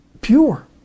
pure